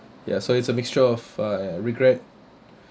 ya so it's a mixture of uh regret